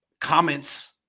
comments